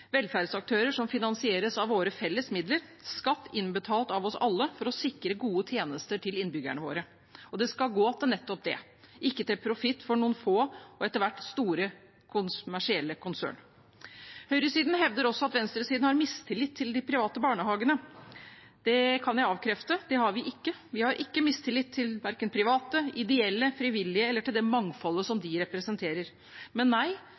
velferdsaktører som finansieres av våre felles midler, skatt som er innbetalt av oss alle for å sikre gode tjenester til innbyggerne våre. Og det skal gå til nettopp det, ikke til profitt for noen få, og etter hvert store, kommersielle konserner. Høyresiden hevder også at venstresiden har mistillit til de private barnehagene. Det kan jeg avkrefte; det har vi ikke. Vi har ikke mistillit til verken private, ideelle, frivillige eller det mangfoldet som de representerer, men